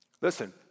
Listen